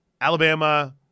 Alabama